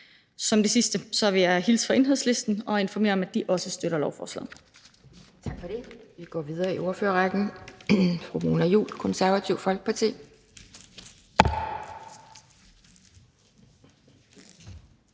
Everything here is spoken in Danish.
som det sidste vil jeg hilse fra Enhedslisten og informere om, at de også støtter lovforslaget.